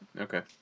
Okay